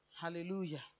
Hallelujah